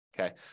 Okay